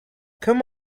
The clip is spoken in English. come